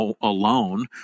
alone